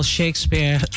Shakespeare